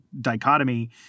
dichotomy